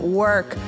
work